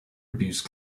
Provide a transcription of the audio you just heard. abuse